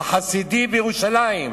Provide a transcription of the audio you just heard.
החסידי בירושלים.